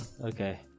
Okay